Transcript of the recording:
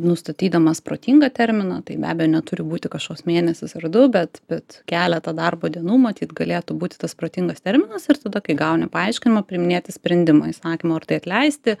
nustatydamas protingą terminą tai be abejo neturi būti kažkoks mėnesis ar du bet bet keletą darbo dienų matyt galėtų būti tas protingas terminas ir tada kai gauni paaiškinimą priiminėti sprendimą įsakymu ar tai atleisti